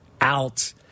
out